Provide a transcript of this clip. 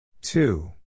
Two